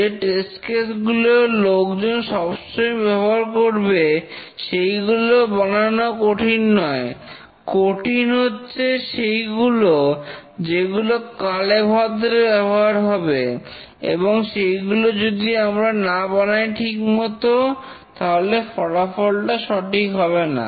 যে test case গুলো লোকজন সবসময়ই ব্যবহার করবে সেইগুলো বানানো কঠিন নয় কঠিন হচ্ছে সেইগুলো যেগুলো কালেভদ্রে ব্যবহার হবে এবং সেইগুলো যদি আমরা না বানাই ঠিকমতো তাহলে ফলাফলটা সঠিক হবে না